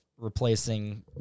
replacing